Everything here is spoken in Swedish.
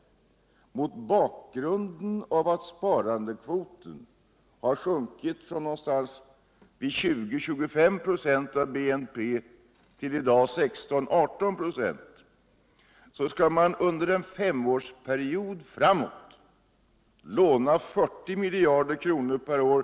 och mot bakgrund av att sparkvoten har sjunkit från 20-25 "+ av BNP tll 16-18 ”., skall man alltså under en femårsperiod låna 40 miljarder kronor per år.